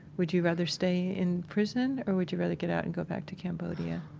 would you rather stay in prison or would you rather get out and go back to cambodia?